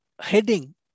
heading